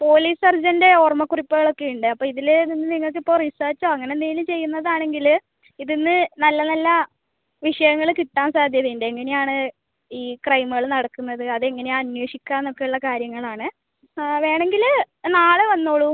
police സർജ്ജൻ്റെ ഓർമ്മക്കുറിപ്പുകൾ ഒക്കെ ഉണ്ട് അപ്പോൾ ഇതില് നിങ്ങൾക്ക് ഇപ്പോൾ റിസർച്ചോ അങ്ങനെ എന്തെങ്കിലും ചെയ്യുന്നത് ആണെങ്കില് ഇതുന്ന് നല്ല നല്ല വിഷയങ്ങള് കിട്ടാൻ സാധ്യത ഉണ്ട് എങ്ങനെ ആണ് ഈ ക്രൈമുകള് നടക്കുന്നത് അത് എങ്ങനെയാണ് അന്വേഷിക്കാമെന്ന് ഒക്കെ ഉള്ള കാര്യങ്ങളാണ് വേണമെങ്കില് നാളെ വന്നോളൂ